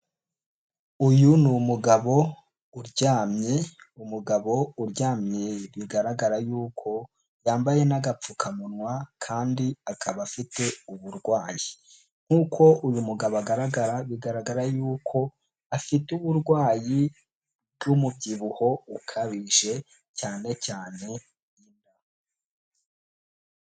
Uyu ni umugabo uryamye, umugabo uryamye bigaragara yuko yambaye n'agapfukamunwa kandi akaba afite uburwayi nk'uko uyu mugabo agaragara bigaragara yuko afite uburwayi bw'umubyibuho ukabije cyane cyane inda.